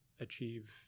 achieve